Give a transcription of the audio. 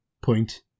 point